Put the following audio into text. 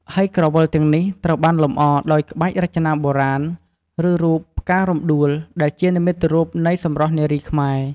ហើយក្រវិលទាំងនេះត្រូវបានលម្អដោយក្បាច់រចនាបុរាណ ឬរូប ផ្ការំដួល ដែលជានិមិត្តរូបនៃសម្រស់នារីខ្មែរ។